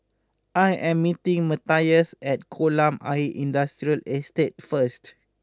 I am meeting Matias at Kolam Ayer Industrial Estate first